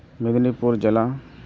ᱢᱮᱫᱽᱱᱤᱯᱩᱨ ᱡᱮᱞᱟ